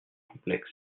complexes